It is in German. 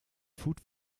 food